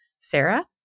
Sarah